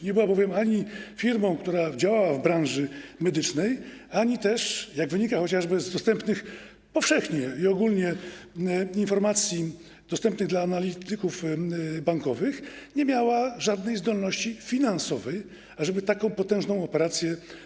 Nie była bowiem ani firmą, która działa w branży medycznej, ani też - jak wynika chociażby z dostępnych powszechnie i ogólnie informacji dla analityków bankowych - nie miała żadnej zdolności finansowej, aby przeprowadzić tak potężną operację.